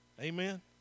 Amen